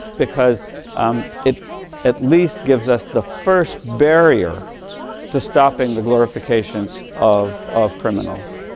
because it at least gives us the first barrier to stopping the glorification of of criminals,